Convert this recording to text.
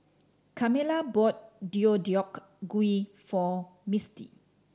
Carmella bought Deodeok Gui for Mistie